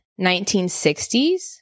1960s